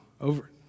Over